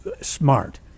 smart